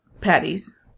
patties